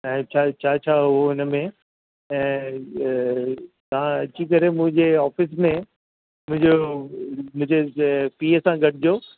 ऐं छा छा हो हिन में ऐं तव्हां अची करे मुंहिंजे ऑफ़िस में मुंहिंजो मुंहिंजे पी ए सां गॾिजो